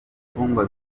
imfungwa